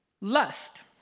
Lust